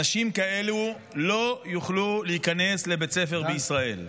אנשים כאלו לא יוכלו להיכנס לבית ספר בישראל.